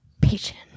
patient